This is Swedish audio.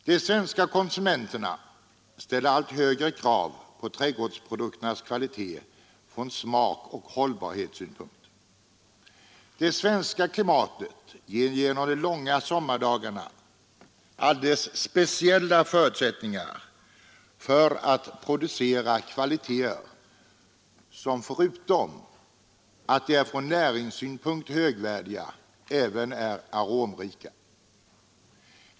De svenska konsumenterna ställer allt högre krav på trädgårdsprodukternas kvalitet från smakoch hållbarhetssynpunkt. Det svenska klimatet ger genom de långa sommardagarna alldeles speciella förutsättningar för att producera kvaliteter som förutom att de är från näringssynpunkt högvärdiga även är aromrika.